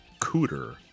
cooter